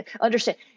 understand